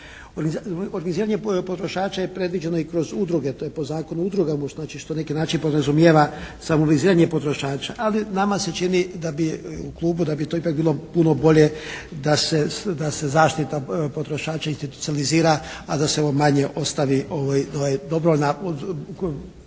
Organiziranje potrošača je predviđeno i kroz udruge, to je po zakonu udruga, znači što neki način podrazumijeva samo organiziranje potrošača, ali nama se čini da bi, u klubu da bi to ipak bilo puno bolje da se zaštita potrošača institucionalizira, a da se ovo manje ostavi dobro na,